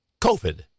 COVID